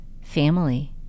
family